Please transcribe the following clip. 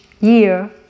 year